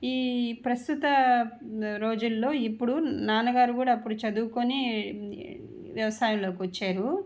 ఈ ప్రస్తుత రోజులలో ఇప్పుడు నాన్నగారు కూడా అప్పుడు చదువుకుని వ్యవసాయంలోకి వచ్చారు